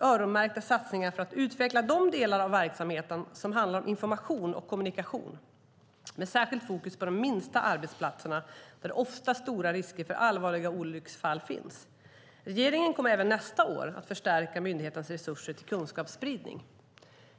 öronmärkta satsningar för att utveckla de delar av verksamheten som handlar om information och kommunikation, med särskilt fokus på de minsta arbetsplatserna, där ofta stora risker för allvarliga olycksfall finns. Regeringen kommer även nästa år att förstärka myndighetens resurser till kunskapsspridning.